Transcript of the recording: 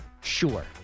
Sure